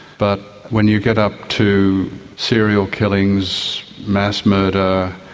but when you get up to serial killings, mass murder,